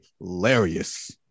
hilarious